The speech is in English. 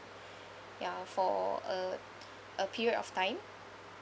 ya for a a period of time